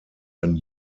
ein